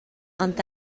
ond